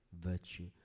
virtue